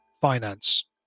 finance